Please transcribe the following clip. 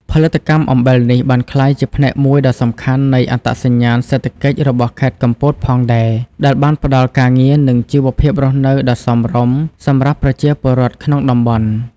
ផលិតកម្មអំបិលនេះបានក្លាយជាផ្នែកមួយដ៏សំខាន់នៃអត្តសញ្ញាណសេដ្ឋកិច្ចរបស់ខេត្តកំពតផងដែរ ដែលបានផ្តល់ការងារនិងជីវភាពរស់នៅដ៏សមរម្យសម្រាប់ប្រជាពលរដ្ឋក្នុងតំបន់។